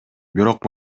бирок